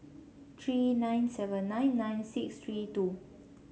three nine seven nine nine six three two